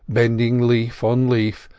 bending leaf on leaf,